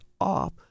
off